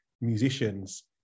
musicians